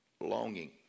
longing